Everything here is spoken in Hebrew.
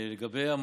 לגבי המענה,